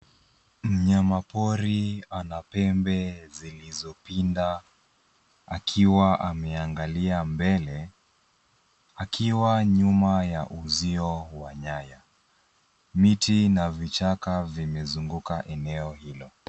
Mnyama pori ana pembe zilizopinda akiwa ameangalia mbele, akiwa nyuma ya uzio wa nyayo. Miti na vichaka vimezunguka eneo hilo.